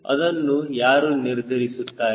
ಅದನ್ನು ಯಾರು ನಿರ್ಧರಿಸುತ್ತಾರೆ